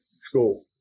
school